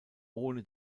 ohne